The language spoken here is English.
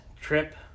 Trip